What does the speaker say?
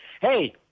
Hey